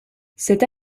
cette